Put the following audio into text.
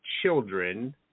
children